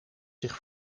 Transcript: zich